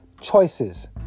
choices